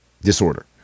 disorder